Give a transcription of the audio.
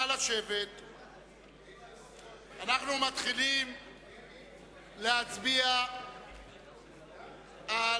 אנחנו מבקשים להתחיל להצביע על